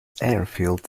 airfield